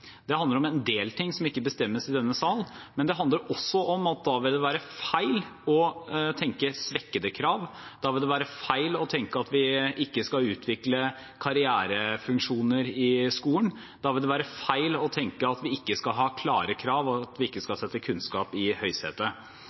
Det handler om en del ting som ikke bestemmes i denne sal, men det handler også om at da vil det være feil å tenke svekkede krav, da vil det være feil å tenke at vi ikke skal utvikle karrierefunksjoner i skolen, da vil det være feil å tenke at vi ikke skal ha klare krav, og at vi ikke skal sette kunnskap i